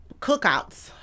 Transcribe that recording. cookouts